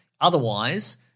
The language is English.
otherwise